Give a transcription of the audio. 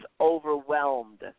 overwhelmed